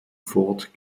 ford